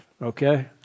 Okay